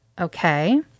Okay